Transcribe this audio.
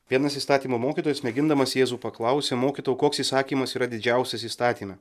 vienas įstatymo mokytojas mėgindamas jėzų paklausė mokytojau koks įsakymas yra didžiausias įstatyme